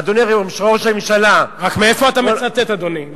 אדוני ראש הממשלה, מאיפה אתה מצטט, אדוני?